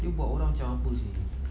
dia buat orang macam apa seh